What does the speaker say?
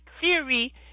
theory